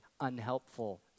unhelpful